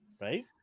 right